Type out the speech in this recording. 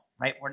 right